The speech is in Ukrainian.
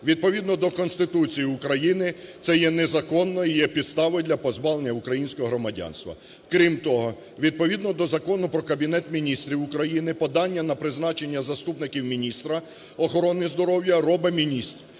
Відповідно до Конституції України це є незаконно і є підставою для позбавлення українського громадянства. Крім того, відповідно до Закону "Про Кабінет Міністрів України" подання на призначення заступників міністра охорони здоров'я робить міністр.